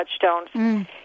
touchstones